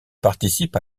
participe